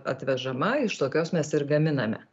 atvežama iš tokios mes ir gaminame